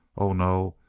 oh, no,